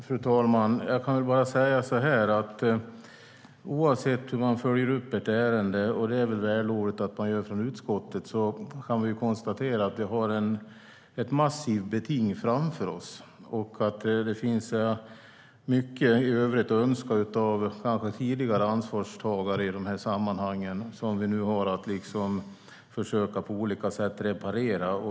Fru talman! Jag kan väl bara säga så här: Oavsett hur man följer upp ett ärende - det är väl vällovligt att man gör det från utskottets sida - kan vi konstatera att vi har ett massivt beting framför oss och att det finns mycket i övrigt att önska av tidigare ansvarstagare i de här sammanhangen, vilket vi nu har att försöka reparera.